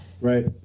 right